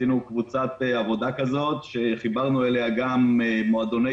עשינו קבוצת עבודה כזאת שחיברנו אליה גם מועדוני